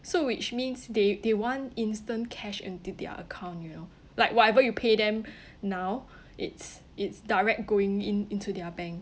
so which means they they want instant cash enter their account you know like whatever you pay them now it's it's direct going in into their bank